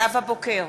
נאוה בוקר,